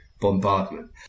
bombardment